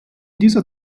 dieser